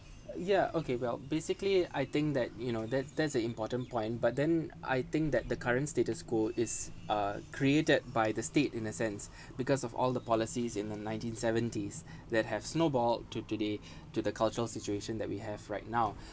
yeah okay well basically I think that you know that that's an important point but then I think that the current status quo is uh created by the state in a sense because of all the policies in the nineteen seventies that have snowballed to today to the cultural situation that we have right now